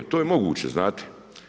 To je moguće znate.